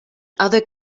other